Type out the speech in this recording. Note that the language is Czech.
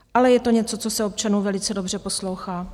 Ale je to něco, co se občanům velice dobře poslouchá.